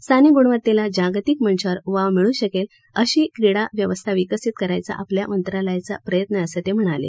स्थानिक गुणवत्तेला जागतिक मंचांवर वाव मिळू शकेल अशी क्रीडा व्यवस्था विकसीत करायचा आपल्या मंत्रालयाचा प्रयत्न आहे असं ते म्हणाले